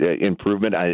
improvement